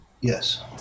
Yes